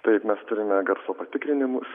taip mes turime garso patikrinimus